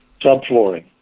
subflooring